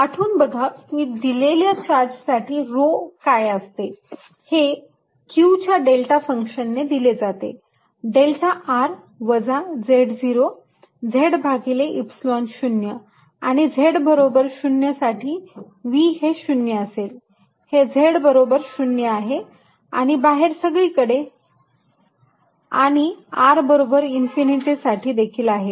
आठवून बघा की दिलेल्या पॉईंट चार्ज साठी rho काय असते हे q च्या डेल्टा फंक्शन ने दिले जाते डेल्टा r वजा z0 z भागिले Epsilon 0 आणि z बरोबर 0 साठी V हे 0 असेल हे z बरोबर 0 आहे आणि बाहेर सगळीकडे आणि r बरोबर इन्फिनिटी साठी देखील आहे